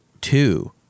two